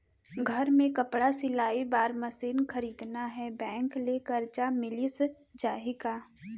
घर मे कपड़ा सिलाई बार मशीन खरीदना हे बैंक ले करजा मिलिस जाही का?